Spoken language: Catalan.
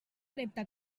repte